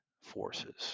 forces